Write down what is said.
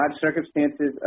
circumstances